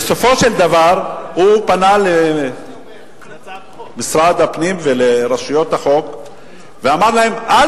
בסופו של דבר הוא פנה אל משרד הפנים ואל רשויות החוק ואמר להם: אל